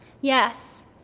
Yes